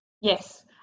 Yes